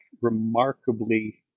remarkably